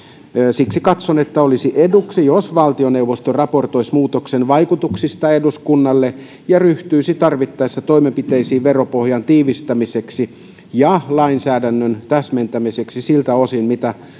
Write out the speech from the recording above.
siksi katson että olisi eduksi jos valtioneuvosto raportoisi muutoksen vaikutuksista eduskunnalle ja ryhtyisi tarvittaessa toimenpiteisiin veropohjan tiivistämiseksi ja lainsäädännön täsmentämiseksi siltä osin mitä